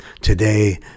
Today